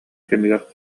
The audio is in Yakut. кэмигэр